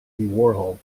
warhol